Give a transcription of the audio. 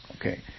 Okay